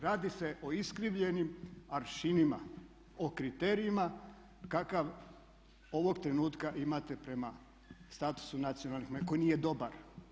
Radi se o iskrivljenim aršinima, o kriterijima kakav ovog trenutka imate prema statusu nacionalnih koji nije dobar.